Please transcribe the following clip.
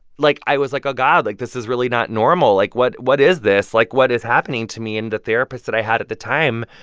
like, i was like, oh, god, like, this is really not normal. like, what what is this? like, what is happening to me? and the therapist that i had at the time,